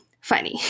funny